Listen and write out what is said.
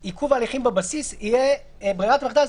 חדלות פירעון,